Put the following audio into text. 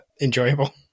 enjoyable